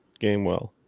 Gamewell